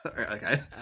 Okay